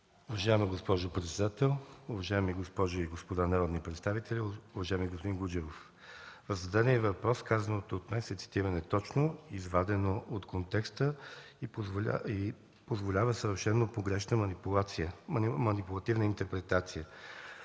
Уважаема госпожо председател, уважаеми госпожи и господа народни представители, уважаеми господин Гуджеров, на зададения въпрос казаното от мен се цитира неточно, извадено от контекста и позволява съвършено погрешна манипулативна интерпретация.